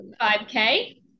5K